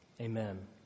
Amen